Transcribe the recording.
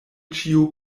ĉio